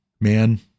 man